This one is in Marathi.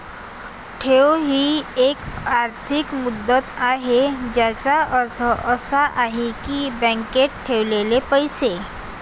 ठेव ही एक आर्थिक मुदत आहे ज्याचा अर्थ असा आहे की बँकेत ठेवलेले पैसे